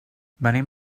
venim